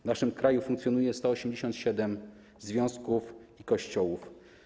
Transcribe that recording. W naszym kraju funkcjonuje 187 związków i Kościołów.